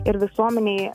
ir visuomenei